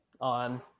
on